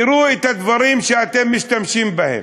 תראו את הדברים שאתם משתמשים בהם: